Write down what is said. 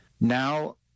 Now